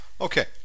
Okay